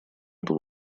эту